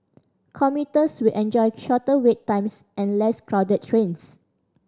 commuters will enjoy shorter wait times and less crowded trains